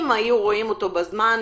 אם היו רואים אותו בזמן,